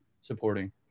supporting